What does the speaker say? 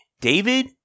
David